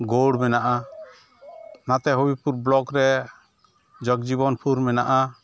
ᱜᱳᱣᱲ ᱢᱮᱱᱟᱜᱼᱟ ᱱᱟᱛᱮ ᱦᱚᱨᱤᱯᱩᱨ ᱵᱞᱚᱠᱨᱮ ᱡᱚᱜᱽᱡᱤᱵᱚᱱᱯᱩᱨ ᱢᱮᱱᱟᱜᱼᱟ